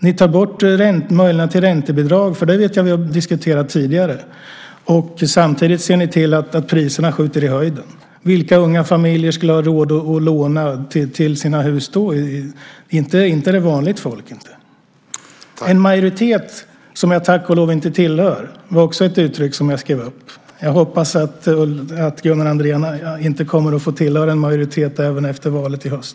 Ni tar bort möjligheterna till räntebidrag - det vet jag att vi har diskuterat tidigare. Samtidigt ser ni till att priserna skjuter i höjden. Vilka unga familjer skulle ha råd att låna till sina hus då? Inte är det vanligt folk, inte. Ett annat uttryck som jag också skrev upp var: en majoritet, som jag tack och lov inte tillhör. Jag hoppas att Gunnar Andrén inte heller kommer att få tillhöra en majoritet efter valet i höst.